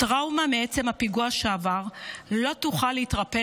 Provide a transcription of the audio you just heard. הטראומה מעצם הפיגוע שעבר לא תוכל להתרפא